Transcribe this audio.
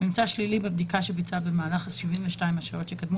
ממצא שלילי בבדיקה שביצע במהלך 72 השעות שקדמו